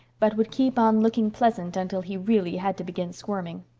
but would keep on looking pleasant until he really had to begin squirming.